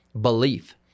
belief